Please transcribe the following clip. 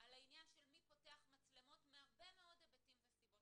זסביב השאלה מי פותח מצלמות מהרבה מאוד הביטים וסיבות.